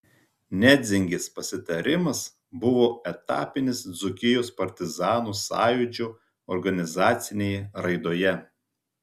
nedzingės pasitarimas buvo etapinis dzūkijos partizanų sąjūdžio organizacinėje raidoje